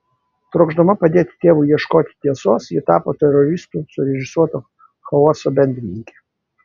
trokšdama padėti tėvui ieškoti tiesos ji tapo teroristų surežisuoto chaoso bendrininke